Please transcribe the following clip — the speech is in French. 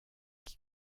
qui